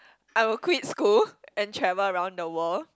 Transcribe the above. I would quit school and travel around the world